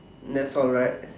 that's all right